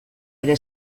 ere